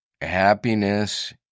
happiness